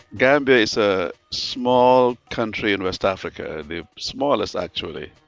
gambia is a small country in west africa, the smallest actually.